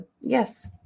yes